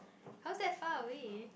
how's that far away